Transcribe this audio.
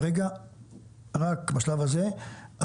בשלב הזה,